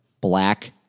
black